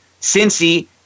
Cincy